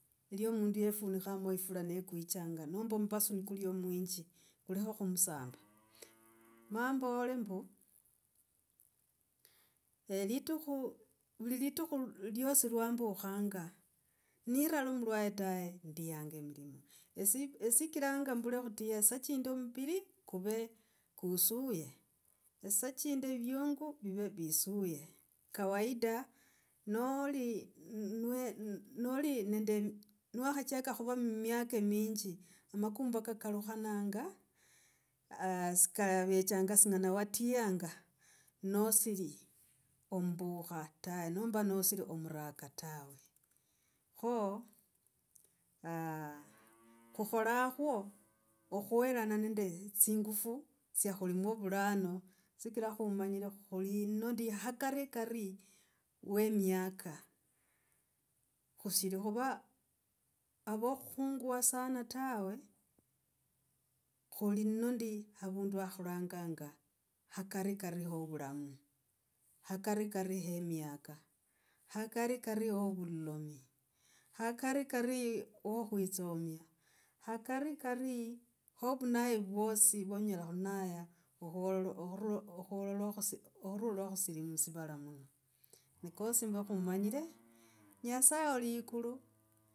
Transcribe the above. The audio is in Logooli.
Lyo mundu yefunikhama efula ne kwichanga nomba omumbasu ni kuliho muhinji kulakhe khumusamba ma mbole ombu. litukhu, vuli litukhu lyasi lwambukhanga nirali mulwale tawe ndiyanga milimo. Esi sikiranga mbule khutile saa chi mumbiri kuve kusuye, saa chindi viungo vive visuye kawaida noli niwe niwakhachaka khuva mumiaka miyinji amakumba kakalukhananga sikala vechanga singana watiyanga nosiri ambuka nomba nosiri omuraka tawe. Kha, khukhalakhwa okhuerana nende tsingufu tsiakhulimo vulano sikra khumanyre khuli nondi ha karikari we miaka, khushiri khuva avokhungwa sana tawe khuli nondi avundu ha khulanganga akarikari ho vulamu, akarikari ho wokhuitsamia akarikari ho vunai vwosi vwonyela khunaya okhurula nokhusiri musivala muno. Ni kosi mbo khumanyila nyasaye oli ikulu.